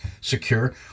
secure